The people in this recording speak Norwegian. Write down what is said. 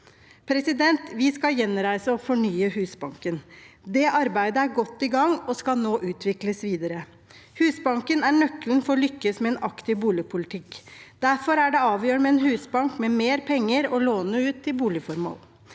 bolig. Vi skal gjenreise og fornye Husbanken. Det arbeidet er godt i gang og skal nå utvikles videre. Husbanken er nøkkelen for å lykkes med en aktiv boligpolitikk. Derfor er det avgjørende med en husbank med mer penger å låne ut til boligformål.